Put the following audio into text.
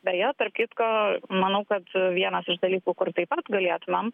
beje tarp kitko manau kad vienas iš dalykų kur taip pat galėtumėm